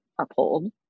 uphold